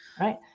right